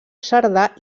cerdà